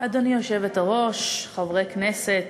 היושבת-ראש, חברי הכנסת,